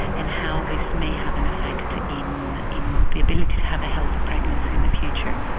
and how this may have an effect in in the ability to have a healthy pregnancy in the future,